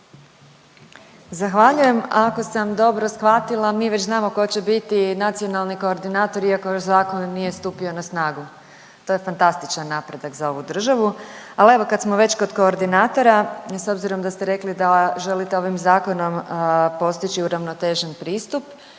Zahvaljujem. Ako sam dobro shvatila, mi već znamo tko će biti nacionalni koordinator, iako još zakon nije stupio na snagu, to je fantastičan napredak za ovu državu. Ali evo, kad smo već kod koordinatora, s obzirom da ste rekli da želite ovim Zakonom postići uravnotežen pristup,